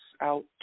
out